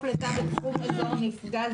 או הנסיבות שמפורטות במסמך --- איבדתי אותך,